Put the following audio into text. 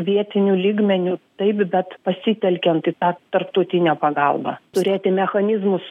vietiniu lygmeniu taip bet pasitelkiant į tą tarptautinę pagalbą turėti mechanizmus